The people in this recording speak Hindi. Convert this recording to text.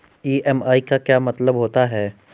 ई.एम.आई का क्या मतलब होता है?